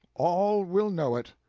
all will know it,